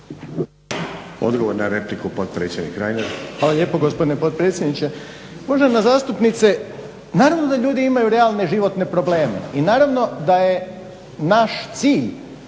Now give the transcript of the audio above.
**Reiner, Željko (HDZ)** Hvala lijepo gospodine potpredsjedniče. Uvažena zastupnice, naravno da ljudi imaju realne životne probleme i naravno da je naš cilj